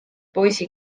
poisi